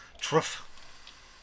Truff